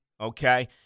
Okay